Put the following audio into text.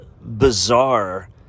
bizarre